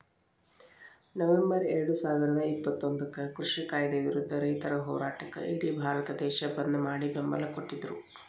November ಎರಡುಸಾವಿರದ ಇಪ್ಪತ್ತೊಂದಕ್ಕ ಕೃಷಿ ಕಾಯ್ದೆ ವಿರುದ್ಧ ರೈತರ ಹೋರಾಟಕ್ಕ ಇಡಿ ಭಾರತ ದೇಶ ಬಂದ್ ಮಾಡಿ ಬೆಂಬಲ ಕೊಟ್ಟಿದ್ರು